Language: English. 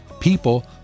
People